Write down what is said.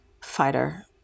fighter